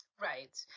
Right